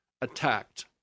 attacked